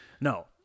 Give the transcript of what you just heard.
No